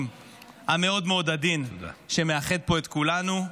המאוד-מאוד עדין שמאחד פה את כולנו.